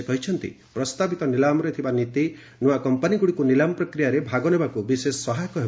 ସେ କହିଛନ୍ତି ପ୍ରସ୍ତାବିତ ନିଲାମରେ ଥିବା ନୀତି ନୂଆ କମ୍ପାନିଗୁଡ଼ିକୁ ନିଲାମ ପ୍ରକ୍ରିୟାରେ ଭାଗ ନେବାକୁ ବିଶେଷ ସହାୟକ ହେବ